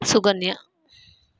Sukanya